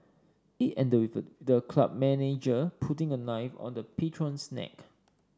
it ended with the club manager putting a knife on the patron's neck